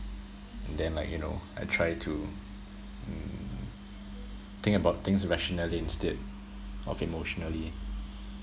and then like you know I try to mm think about things rationally instead of emotionally